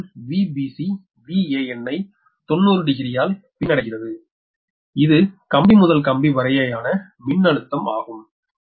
அதேபோல் VbcVan ஐ 90 டிகிரியால் பின்னடைகிறது இது கம்பி முதல் கம்பி வரையேயான மின்னழுத்தம் ஆகும்